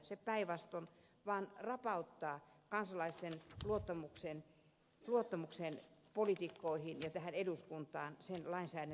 se päinvastoin vaan rapauttaa kansalaisten luottamuksen poliitikkoihin ja eduskuntaan sen lainsäädäntötehtävään